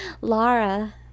Lara